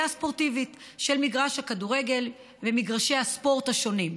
הספורטיבית של מגרש הכדורגל ומגרשי הספורט השונים.